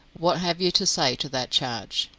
what have you to say to that charge?